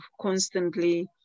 constantly